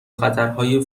خطرهای